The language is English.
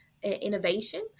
innovation